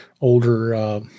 older